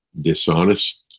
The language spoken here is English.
dishonest